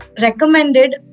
recommended